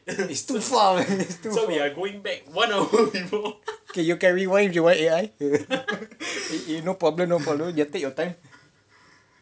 it's too far you carry on you want A_I no problem no problem you take your time